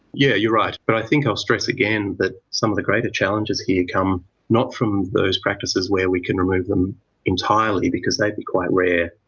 yeah you're right, but i think i'll stress again that some of the greater challenges here come not from those practices where we can remove them entirely, because they would be quite rare.